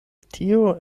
tio